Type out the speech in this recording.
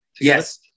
Yes